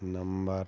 number